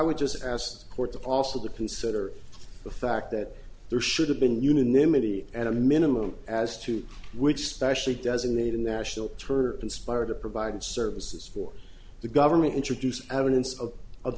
would just as courts also the consider the fact that there should have been unanimity at a minimum as to which specially designated national terp inspired to provide services for the government introduce evidence of of